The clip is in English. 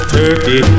turkey